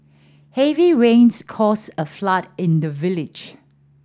heavy rains caused a flood in the village